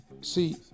See